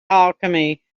alchemy